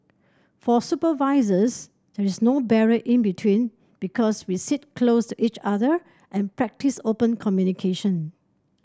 for supervisors there is no barrier in between because we sit close to each other and practice open communication